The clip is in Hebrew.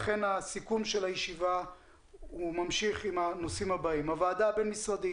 סיכום הישיבה ממשיך עם הנושאים הבאים: הוועדה הבין-משרדית